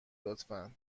لطفا